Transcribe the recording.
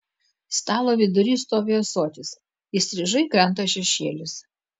stalo vidury stovi ąsotis įstrižai krenta šešėlis